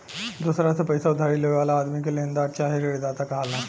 दोसरा से पईसा उधारी लेवे वाला आदमी के लेनदार चाहे ऋणदाता कहाला